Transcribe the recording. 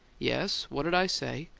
yes. what'd i say?